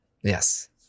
Yes